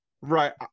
Right